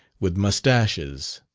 with mustaches.